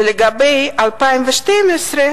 ולגבי 2012,